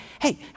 hey